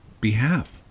behalf